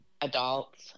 adults